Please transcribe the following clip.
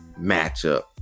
matchup